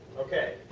ok,